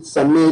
אנחנו יצאנו